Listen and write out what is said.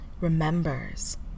remembers